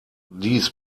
dies